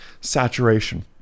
saturation